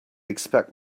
expect